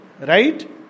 Right